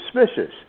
suspicious